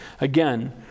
again